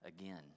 again